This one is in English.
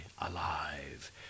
alive